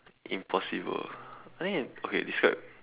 impossible I think can okay describe